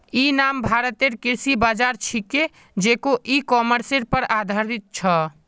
इ नाम भारतेर कृषि बाज़ार छिके जेको इ कॉमर्सेर पर आधारित छ